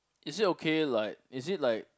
is it okay like is it like